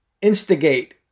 instigate